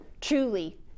truly